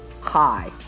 hi